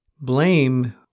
Blame